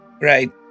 right